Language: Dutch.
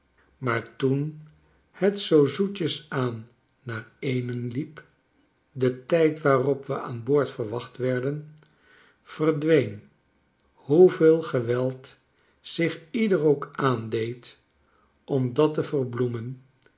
maar toen het zoo zoetjes aan naar eenen liep de tijd waarop we aan boord verwacht werden verdween hoeveel geweld zich ieder ook aandeed om dat te verbloemen